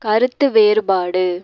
கருத்து வேறுபாடு